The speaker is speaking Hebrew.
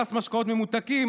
מס משקאות ממותקים,